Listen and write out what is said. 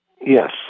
Yes